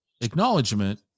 acknowledgement